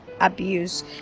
abuse